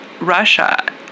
Russia